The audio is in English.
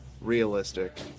realistic